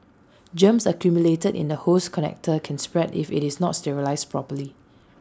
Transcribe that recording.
germs accumulated in the hose connector can spread if IT is not sterilised properly